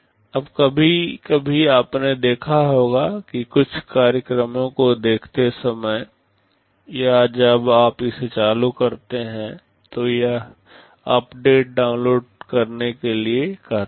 अब कभी कभी आपने देखा होगा कि कुछ कार्यक्रमों को देखते समय या जब आप इसे चालू कर रहे होते हैं तो यह अपडेट डाउनलोड करने के लिए कहता है